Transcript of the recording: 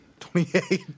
28